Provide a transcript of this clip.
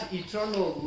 eternal